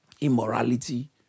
immorality